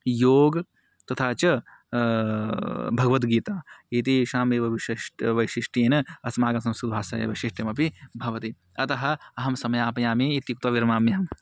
योगः तथा च भगवद्गीता एतेषाम् एव विशिष्ट्यं वैशिष्ट्येन अस्माकं संस्कृतभाषायाः वैशिष्ट्यमपि भवति अतः अहं समापयामि इत्युक्त्वा विरमाम्यहम्